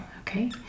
Okay